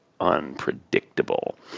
unpredictable